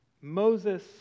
Moses